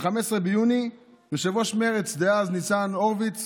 ב-15 ביוני יושב-ראש מרצ דאז ניצן הורוביץ